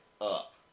up